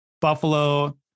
Buffalo